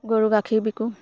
গৰু গাখীৰ বিকো